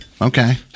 Okay